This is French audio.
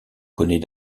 connaît